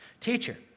teacher